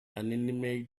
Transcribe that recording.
inanimate